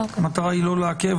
המטרה היא לא לעכב.